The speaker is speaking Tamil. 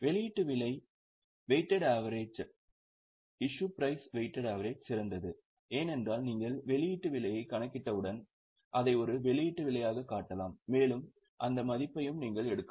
வெளியீட்டு விலை வெயிட்டெட் ஆவெரேஜ் சிறந்தது ஏனென்றால் நீங்கள் வெளியீட்டு விலையை கணக்கிட்டவுடன் அதை ஒரு வெளியீட்டு விலையாகக் காட்டலாம் மேலும் அந்த மதிப்பையும் நீங்கள் எடுக்கலாம்